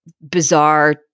Bizarre